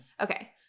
Okay